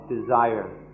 desire